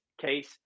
case